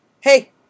Hey